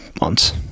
months